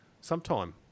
sometime